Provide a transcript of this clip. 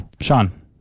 Sean